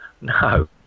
no